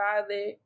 father